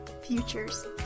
futures